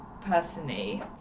personally